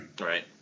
Right